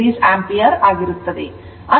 3o ampere ಆಗಿರುತ್ತದೆ